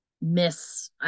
miss